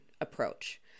approach